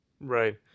Right